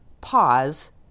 pause